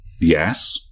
yes